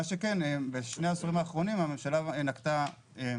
בשני העשורים האחרונים הממשלה נקטה כמה